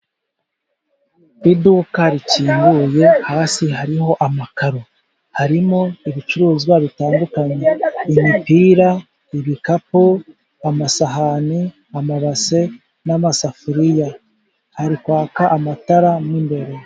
Ku iduka rikinguye, hasi hariho amakaro, harimo ibicuruzwa bitandukanye imipira, ibikapu, amasahani amabase n'amasafuriya harikwaka amatara mwimbere.